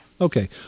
Okay